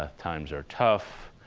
ah times are tough.